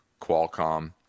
Qualcomm